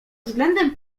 względem